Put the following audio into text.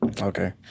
okay